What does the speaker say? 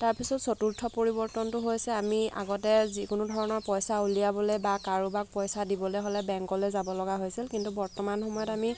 তাৰপিছত চতুৰ্থ পৰিৱৰ্তনটো হৈছে আমি আগতে যিকোনো ধৰণৰ পইচা উলিয়াবলৈ বা কাৰোবাক পইচা দিবলৈ হ'লে বেংকলৈ যাব লগা হৈছিল কিন্তু বৰ্তমান সময়ত আমি